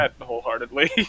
wholeheartedly